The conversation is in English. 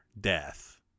death